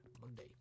monday